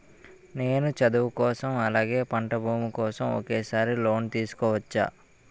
నేను చదువు కోసం అలాగే పంట భూమి కోసం ఒకేసారి లోన్ తీసుకోవచ్చా?